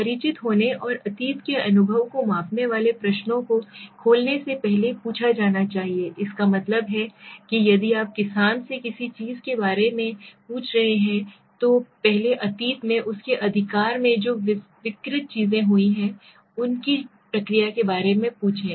परिचित होने और अतीत के अनुभव को मापने वाले प्रश्नों को खोलने से पहले पूछा जाना चाहिए इसका मतलब है कि यदि आप किसान से किसी चीज़ के बारे में पूछ रहे हैं तो पहले अतीत में उसके अधिकार में जो विकृत चीजें हुई हैं उसकी प्रतिक्रिया के बारे में पूछें